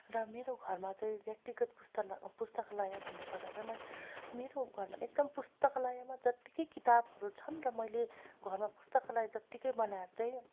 र मेरो घरमा चाहिँ व्यक्तिगत पुस्तकालय पुस्तकालय भन्नु पर्दा त मैले मेरो घरमा एकदम पुस्तकालयमा जतिकै किताबहरू छन् र मैले घरमा पुस्तकालय जतिकै बनाएर चाहिँ